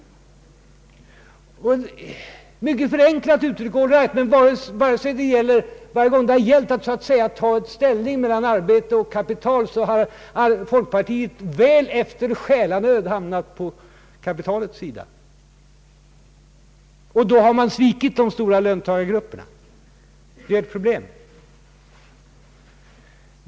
Det är mycket förenklat uttryckt, men varje gång det gäller att ta ställning mellan arbete och kapital har folkpartiet, väl efter själanöd, hamnat på kapitalets sida, och då har man svikit de stora löntagargrupperna. Det är ett problem.